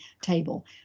table